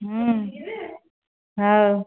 ହଉ